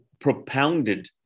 propounded